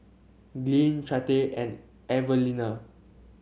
Glynn Chante and Evalena